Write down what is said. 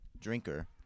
drinker